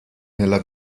nella